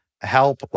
help